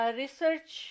research